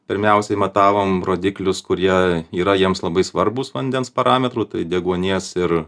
pirmiausiai matavom rodiklius kurie yra jiems labai svarbūs vandens parametrų tai deguonies ir